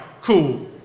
cool